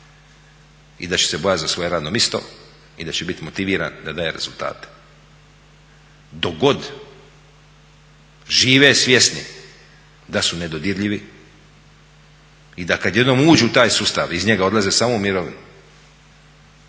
i da će se bojati za svoje radno mjesto i da će biti motiviran da daje rezultate. Dok god žive svjesni da su nedodirljivi i da kada jednom uđu u taj sustav iz njega odlaze samo u mirovinu.